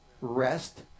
Rest